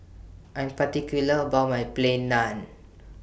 I'm particular about My Plain Naan